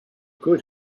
could